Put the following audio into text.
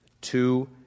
Two